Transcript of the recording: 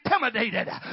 intimidated